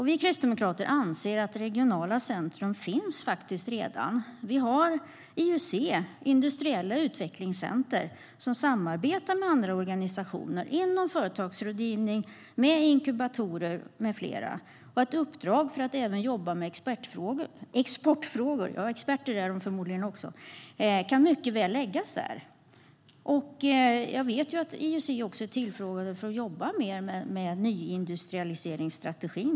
Vi kristdemokrater anser att regionala centrum redan finns. Vi har IUC, industriella utvecklingscentrum, som samarbetar med andra organisationer inom företagsrådgivning, med inkubatorer med mera. Ett uppdrag att även jobba med exportfrågor kan mycket väl läggas där. Jag vet att IUC också har blivit tillfrågade om att jobba mer med till exempel nyindustrialiseringsstrategin.